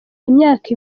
imyaka